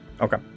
Okay